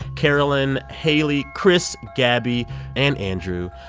carolyn, haley, chris, gaby and andrew.